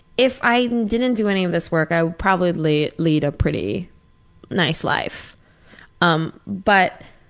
if i didn't do any of this work, i would probably lead a pretty nice life um but,